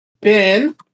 Ben